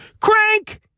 Crank